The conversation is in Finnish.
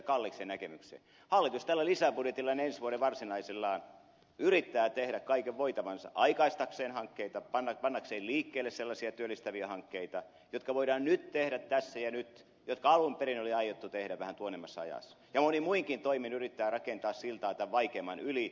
hallitus tällä lisäbudjetillaan ja ensi vuoden varsinaisellaan yrittää tehdä kaiken voitavansa aikaistaakseen hankkeita pannakseen liikkeelle sellaisia työllistäviä hankkeita jotka voidaan nyt tehdä tässä ja nyt jotka alun perin oli aiottu tehdä vähän tuonnemmassa ajassa ja monin muinkin toimin yrittää rakentaa siltaa tämän vaikeimman yli